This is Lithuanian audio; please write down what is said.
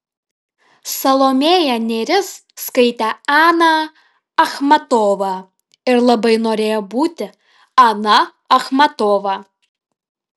salomėja nėris skaitė aną achmatovą ir labai norėjo būti ana achmatova